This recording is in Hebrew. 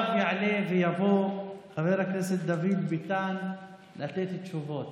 עכשיו יעלה ויבוא חבר הכנסת דוד ביטן לתת תשובות.